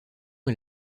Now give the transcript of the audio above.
est